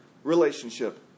relationship